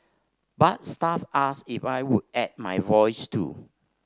but staff asked if I would add my voice too